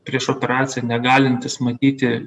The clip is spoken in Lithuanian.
prieš operaciją negalintis matyti